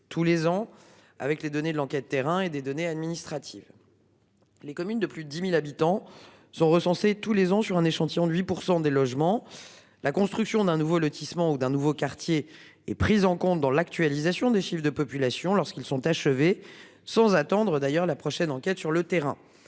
tous les ans, avec les données de l'enquête de terrain et des données administratives. Les communes de plus de 10.000 habitants sont recensés tous les ans sur un échantillon de 8% des logements. La construction d'un nouveau lotissement ou d'un nouveau quartier et prise en compte dans l'actualisation des chiffres de population lorsqu'ils sont achevés sans attendre d'ailleurs la prochaine enquête sur le terrain